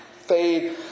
fade